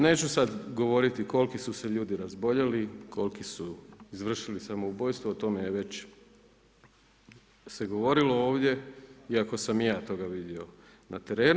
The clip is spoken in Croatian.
Neću sad govoriti koliki su se ljudi razboljeli, koliki su izvršili samoubojstvo, o tome se već govorilo ovdje, iako sam i ja toga vidio na terenu.